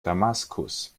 damaskus